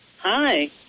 Hi